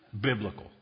biblical